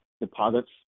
deposits